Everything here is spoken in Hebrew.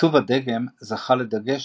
עיצוב הדגם זכה לדגש